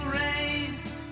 race